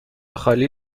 خالی